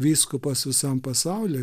vyskupas visam pasauliui